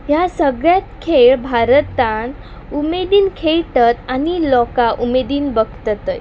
ह्या सगळ्यांत खेळ भारतान उमेदीन खेळटत आनी लोकां उमेदीन बगतय